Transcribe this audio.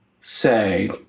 say